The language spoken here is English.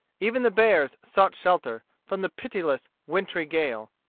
even the bears sought shelter from the pitiless wintry gale.